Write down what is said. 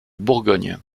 bourgogne